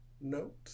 note